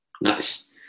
Nice